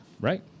Right